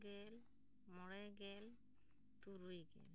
ᱯᱩᱱ ᱜᱮᱞ ᱢᱚᱬᱮ ᱜᱮᱞ ᱛᱩᱨᱩᱭ ᱜᱮᱞ